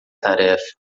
tarefa